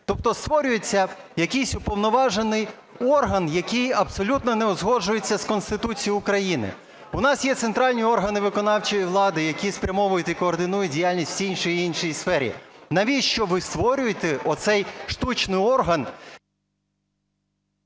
Тобто створюється якийсь уповноважений орган, який абсолютно не узгоджується з Конституцією України. У нас є центральні органи виконавчої влади, які спрямовують і координують діяльність в цій та інших сферах. Навіщо ви створюєте цей штучний орган?